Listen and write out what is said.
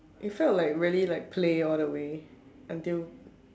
it felt like really like play all the way until